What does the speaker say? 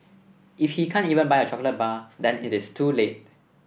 if he can't even buy a chocolate bar then it is too little